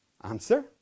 Answer